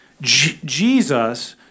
Jesus